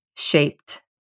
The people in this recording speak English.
shaped